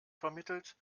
vermittelt